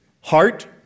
heart